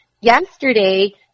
yesterday